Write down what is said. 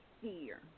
fear